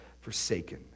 forsaken